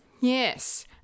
Yes